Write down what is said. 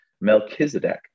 Melchizedek